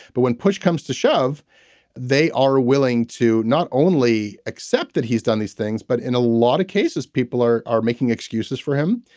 but when push comes to shove they are willing to not only accept that he's done these things but in a lot of cases people are are making excuses for him.